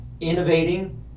innovating